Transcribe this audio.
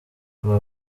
aba